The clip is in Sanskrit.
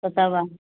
ततः वा